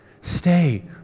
Stay